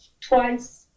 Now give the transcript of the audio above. twice